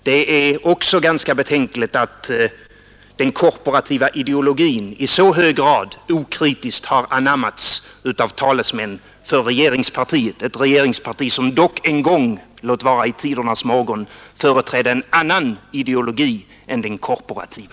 Det är också ganska betänkligt att den korporativa ideologin i så hög grad okritiskt har anammats av talesmän för regeringspartiet — ett regeringsparti som dock en gång, låt vara i tidernas morgon, företrädde en annan ideologi än den korporativa.